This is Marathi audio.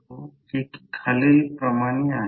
तर हा प्रॉब्लेम आहे